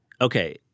Okay